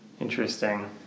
Interesting